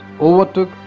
overtook